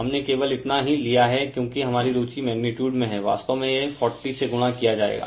हमने केवल इतना ही लिया है क्योकि हमारी रुचि मैगनीटुड में हैं वास्तव में यह 40 से गुणा किया जाएगा